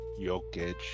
Jokic